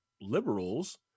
liberals